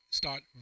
start